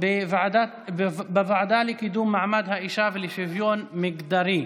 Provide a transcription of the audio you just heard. בוועדה לקידום מעמד האישה ולשוויון מגדרי.